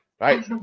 right